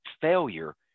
failure